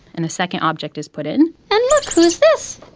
and a second object is put in. and look who's this.